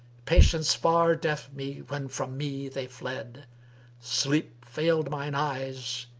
patience far deaf me when from me they fled sleep failed mine eyes,